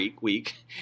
week